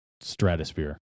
stratosphere